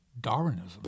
Darwinism